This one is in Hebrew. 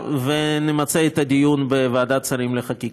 ונמצה את הדיון בוועדת שרים לחקיקה.